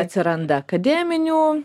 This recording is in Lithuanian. atsiranda akademinių